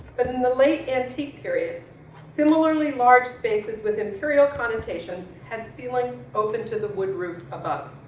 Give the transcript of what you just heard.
but in the late antique period similarly large spaces with imperial connotations had ceilings open to the wood roof above.